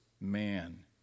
Man